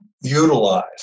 utilize